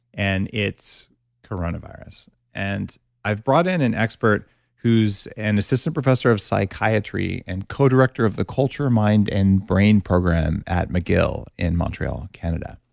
and it's coronavirus. and i've brought in an expert who's an assistant professor of psychiatry and co-director of the culture, mind and brain program at mcgill in montreal, canada.